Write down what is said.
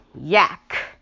Yak